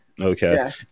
Okay